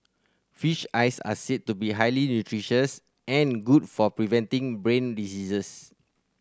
fish eyes are said to be highly nutritious and good for preventing brain diseases